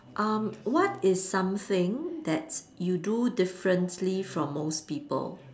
um what is something that you do differently from most people